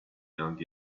young